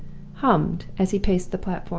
hummed, as he paced the platform,